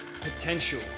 potential